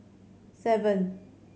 seven